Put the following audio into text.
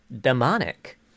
Demonic